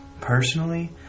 Personally